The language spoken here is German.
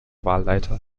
wahlleiter